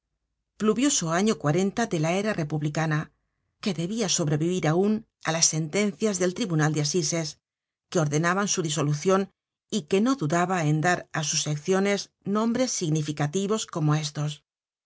pluvioso año de la era republicana que debia sobrevivir aun á las sentencias del tribunal de asises que ordenaban su disolucion y que no dudaba en dar á sus secciones nombres significativos como estos